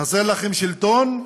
חסר לכם שלטון,